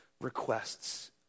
requests